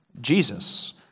Jesus